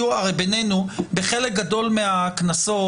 אתם יודעים שבחלק גדול מהקנסות,